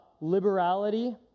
liberality